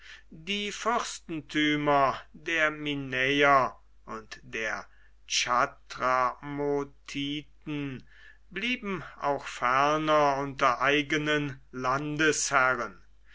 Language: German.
die fürstentümer der minäer und der chatramotiten blieben auch ferner unter eigenen landesherren